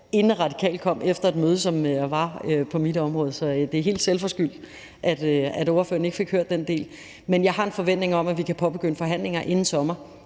inden Radikale kom herind efter et møde, der var på mit område. Så det er ikke selvforskyldt, at ordføreren ikke fik hørt den del. Men jeg har en forventning om, at vi kan påbegynde forhandlinger inden sommer.